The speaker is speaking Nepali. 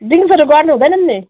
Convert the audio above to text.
दिउँसो त गर्नु हुँदैन नि